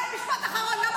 לא יהיה משפט אחרון.